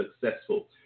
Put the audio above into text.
successful